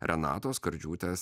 renatos skardžiūtės